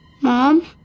Mom